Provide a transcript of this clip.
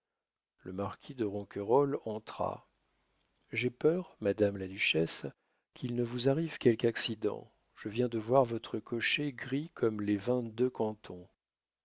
le marquis de ronquerolles entra j'ai peur madame la duchesse qu'il ne vous arrive quelque accident je viens de voir votre cocher gris comme les vingt-deux cantons